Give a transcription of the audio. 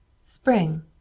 Spring